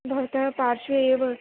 भवतः पार्श्वे एव